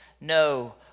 no